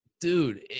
Dude